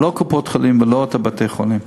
לא לקופות-החולים ולא לבתי-החולים.